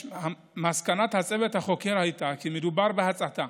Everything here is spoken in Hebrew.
מסקנת הצוות החוקר הייתה כי מדובר בהצתה,